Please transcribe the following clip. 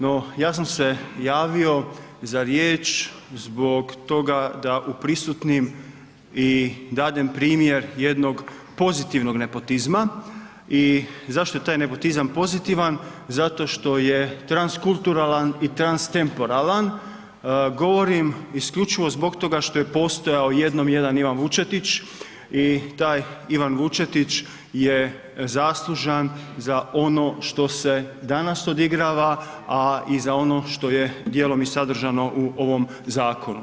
No ja sam se javio za riječ zbog toga da uprisutnim i dadem primjer jednog pozitivnog nepotizma i zašto je taj nepotizam pozitivan, zato što je transkulturalan i transtemporalan, govorim isključivo zbog toga što je postojao jednom jedan Ivan Vučetić i taj Ivan Vučetić je zaslužan za ono što se danas odigrava, a i za ono što je djelom i sadržano u ovom zakonu.